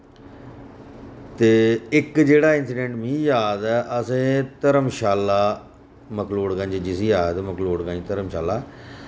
ते इक जेह्ड़ा इंसिडेंट मि याद ऐ असें धर्मशाला मैक्लोडगंज जिसी आखदे मैक्लोडगंज धर्मशाला